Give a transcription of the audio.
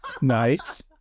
Nice